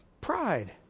Pride